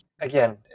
Again